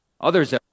Others